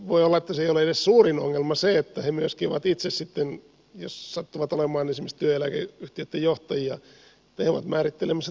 voi olla että ei ole edes suurin ongelma se että he myöskin ovat itse sitten jos sattuvat olemaan esimerkiksi työeläkeyhtiöitten johtajia määrittelemässä toistensa palkkoja